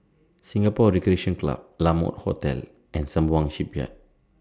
Singapore Recreation Club La Mode Hotel and Sembawang Shipyard